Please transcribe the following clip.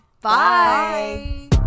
bye